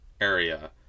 area